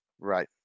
Right